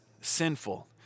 sinful